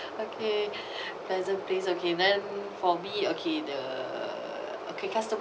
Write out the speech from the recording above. okay pleasant place okay then for me okay the okay customer